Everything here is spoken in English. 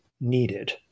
needed